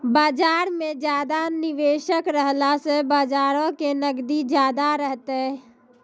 बजार मे ज्यादा निबेशक रहला से बजारो के नगदी ज्यादा रहतै